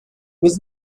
was